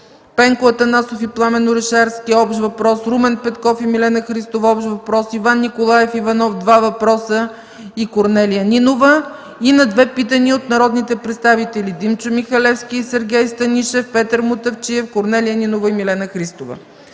Пенко Атанасов и Пламен Орешарски – общ въпрос, Румен Петков и Милена Христова – общ въпрос, Иван Николаев Иванов – 2 въпроса, и Корнелия Нинова и на 2 питания от народните представители Димчо Михалевски и Сергей Станишев, Петър Мутафчиев, Корнелия Нинова и Милена Христова.